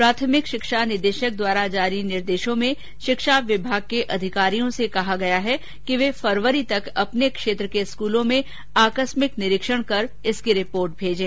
प्रारंभिक शिक्षा निदेशक द्वारा जारी निर्देशों में शिक्षा विभाग के अधिकारियों से कहा गयाहै कि वे फरवरी तक अपने क्षेत्र केस्कूलों में आकस्मिक निरीक्षण कर इसकी रिपोर्ट मेजें